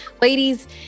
Ladies